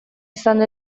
izan